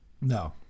no